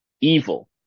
evil